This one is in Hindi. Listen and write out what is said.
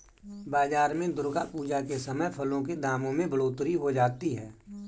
बाजार में दुर्गा पूजा के समय फलों के दामों में बढ़ोतरी हो जाती है